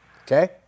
okay